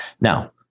Now